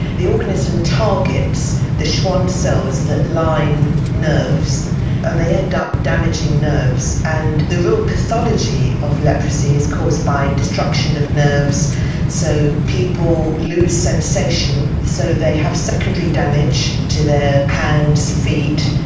the organism targets the schwann cells that line nerves and they end up damaging nerves. and the real pathology of leprosy is caused by destruction of nerves so people lose sensation so they have secondary damage to their hands, feet,